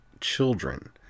children